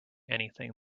anything